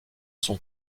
son